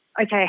okay